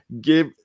give